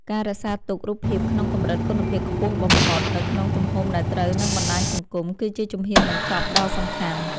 ការរក្សាទុក រូបភាពក្នុងកម្រិតគុណភាពខ្ពស់បំផុត និងក្នុងទំហំដែលត្រូវនឹងបណ្ដាញសង្គម គឺជាជំហ៊ានបញ្ចប់ដ៏សំខាន់។